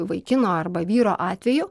vaikino arba vyro atveju